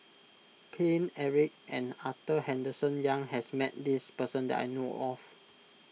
Paine Eric and Arthur Henderson Young has met this person that I know of